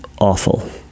awful